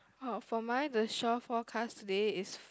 oh for mine the shore forecast today is